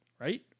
right